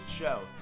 show